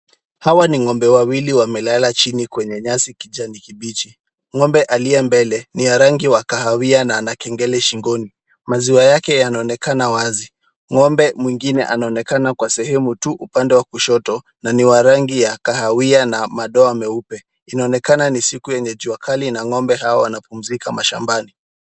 Hawa ni ng'ombe wawili wamelala chini kwenye nyasi kijani kibichi. Ng'ombe aliye mbele ni wa rangi ya kahawia na ana kengele shingoni. Maziwa yake yanaonekana wazi. Ng'ombe mwingine anaonekana kwa sehemu tu upande wa kushoto na ni wa rangi ya kahawia na madoa meupe. Inaonekana ni siku yenye jua kali na ng'ombe hao wanapumzika mashambani.